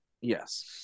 Yes